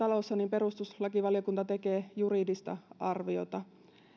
perustuslakivaliokunta tekee juridista arviota